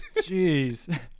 Jeez